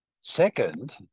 Second